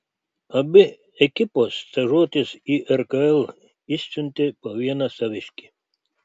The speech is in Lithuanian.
abi ekipos stažuotis į rkl išsiuntė po vieną saviškį